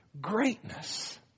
greatness